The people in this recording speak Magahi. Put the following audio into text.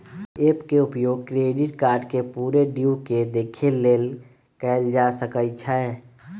ऐप के उपयोग क्रेडिट कार्ड के पूरे ड्यू के देखे के लेल कएल जा सकइ छै